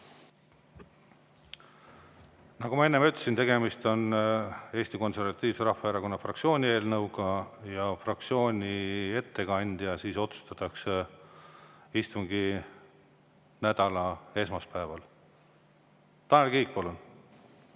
Nagu ma enne ütlesin, tegemist on Eesti Konservatiivse Rahvaerakonna fraktsiooni eelnõuga ja fraktsiooni [eelnõu] ettekandja otsustatakse istunginädala esmaspäeval. Tanel Kiik,